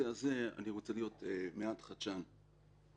אני רוצה להיות מעט חדשן בנושא הזה.